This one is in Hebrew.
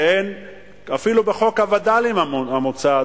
שאפילו בחוק הווד"לים המוצע,